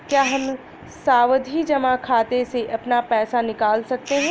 क्या हम सावधि जमा खाते से अपना पैसा निकाल सकते हैं?